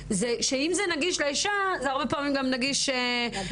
שאם זה נגיש לאישה זה הרבה פעמים גם נגיש לגבר,